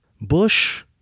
Bush